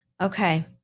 Okay